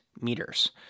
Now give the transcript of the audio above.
meters